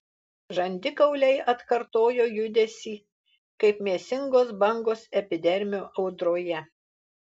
žandikauliai atkartojo judesį kaip mėsingos bangos epidermio audroje